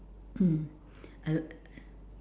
I